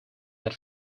that